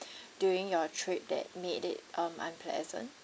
during your trip that made it um unpleasant